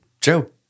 Joe